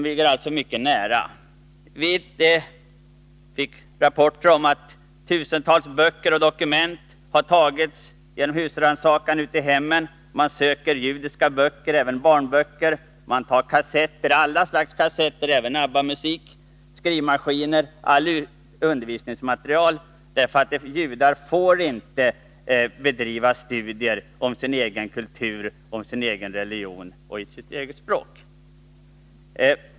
Vi fick rapporter om att tusentals böcker och dokument har tagits vid husrannsakan i hemmen där man söker judiska böcker, även barnböcker. Man tar kassetter — alla slags kassetter, även med ABBA-musik — skrivmaskiner och all undervisningsmateriel, därför att judar får inte bedriva studier om sin kultur, om sin egen religion och i sitt eget språk.